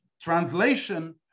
translation